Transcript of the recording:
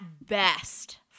best